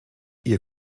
ihr